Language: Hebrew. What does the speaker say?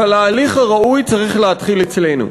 אבל ההליך הראוי צריך להתחיל אצלנו.